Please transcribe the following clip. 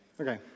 okay